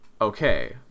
okay